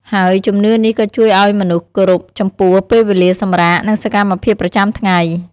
ហើយជំនឿនេះក៏ជួយឲ្យមនុស្សគោរពចំពោះពេលវេលាសម្រាក និងសកម្មភាពប្រចាំថ្ងៃ។